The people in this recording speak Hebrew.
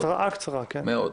מאוד.